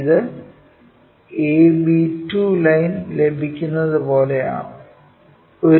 ഇത് ab2 line ലഭിക്കുന്നത് പോലെയാണോ